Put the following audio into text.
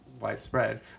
widespread